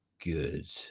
good